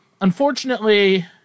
unfortunately